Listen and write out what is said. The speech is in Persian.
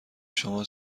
شما